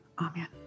amen